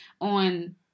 on